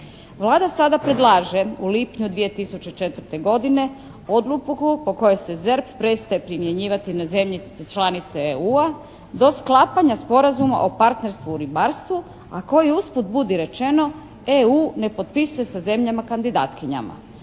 Vlada sada predlaže u lipnju 2004. godine odluku po kojoj se ZERP prestaje primjenjivati na zemlje članice EU do sklapanja sporazuma o partnerstvu u ribarstvu a koji usput budi rečeno EU ne potpisuje sa zemljama kandidatkinjama.